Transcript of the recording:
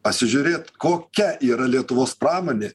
pasižiūrėt kokia yra lietuvos pramonė